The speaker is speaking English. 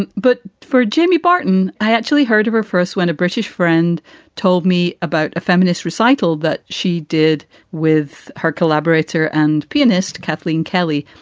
and but for jimmy barton, i actually heard of a first when a british friend told me about a feminist recital that she did with her collaborator and pianist, kathleen kelly.